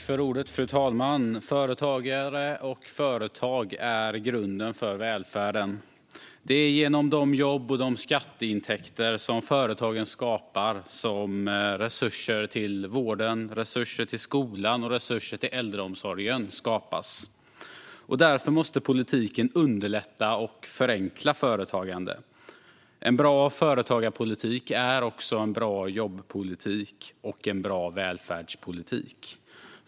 Fru talman! Företagare och företag är grunden för välfärden. Det är genom de jobb och skatteintäkter som företagen skapar som resurser till vården, skolan och äldreomsorgen skapas. Därför måste politiken underlätta och förenkla företagande. En bra företagarpolitik är också en bra jobbpolitik och en bra välfärdspolitik.